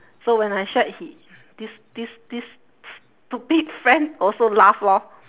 so when I shared he this this this stupid friend also laugh lor